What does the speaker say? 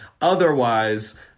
Otherwise